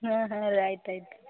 ಹಾಂ ಹಾಂ ರೀ ಆಯ್ತು ಆಯ್ತು